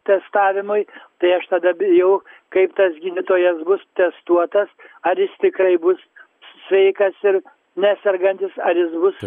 testavimui tai aš tada bijau kaip tas gydytojas bus testuotas ar jis tikrai bus sveikas ir nesergantis ar jis bus